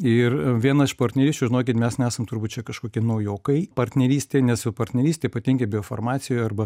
ir viena iš partnerysčių žinokit mes nesam turbūt čia kažkokie naujokai partnerystė nes su partneryste ypatingai biofarmacijoje arba